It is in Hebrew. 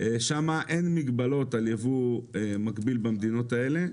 שם אין מגבלות על יבוא מקביל במדינות האלה.